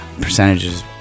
percentages